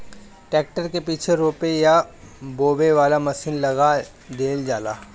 tractor के पीछे रोपे या बोवे वाला मशीन लगा देवल जाला